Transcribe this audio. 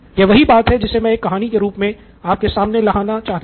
यह वही बात है जिसे मैं एक कहानी के रूप मे आपके सामने लाना चाहता था